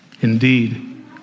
indeed